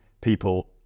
people